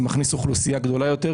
כי זה מכניס אוכלוסייה גדולה יותר.